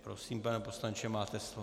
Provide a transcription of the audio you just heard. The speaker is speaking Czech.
Prosím, pane poslanče, máte slovo.